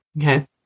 Okay